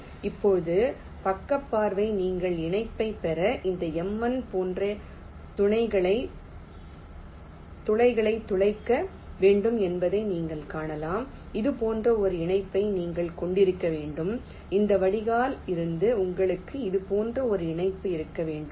இப்போது பக்க பார்வை நீங்கள் இணைப்பைப் பெற இந்த m1 போன்ற துளைகளை துளைக்க வேண்டும் என்பதை நீங்கள் காணலாம் இது போன்ற ஒரு இணைப்பை நீங்கள் கொண்டிருக்க வேண்டும் இந்த வடிகால் இருந்து உங்களுக்கு இது போன்ற ஒரு இணைப்பு இருக்க வேண்டும்